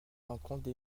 l’encontre